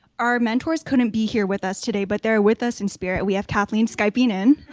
our mentors couldn't be here with us today but they're with us in spirit we have kathleen skyping in.